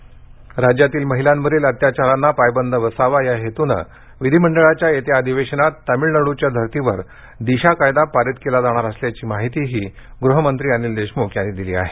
अनिल देशमख नंदरबार राज्यातील महिलांवरील अत्याचारांना पायबंद बसावा या हेतूनं विधिमंडळाच्या येत्या अधिवेशत तामिळनाड्च्या धर्तीवर दिशा कायदा पारीत केला जाणार असल्याची माहीतीही गृहमंत्री अनिल देशमुखांनी दिली आहे